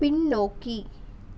பின்னோக்கி